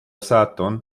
sutton